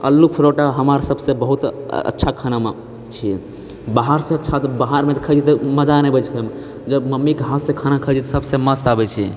आलू परोठा हमार सबसँ बहुत अच्छा खाना मानै छियै बाहरसँ अच्छा तऽ बाहरमे तऽ खाए छियै तऽ मजा नहि आबैत छै खाएमे जब मम्मीके हाथसँ खाना खाए छियै तऽ सबसँ मस्त आबैत छै